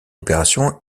opération